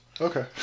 Okay